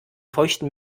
feuchten